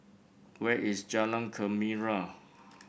where is Jalan Gembira